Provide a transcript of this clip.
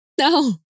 No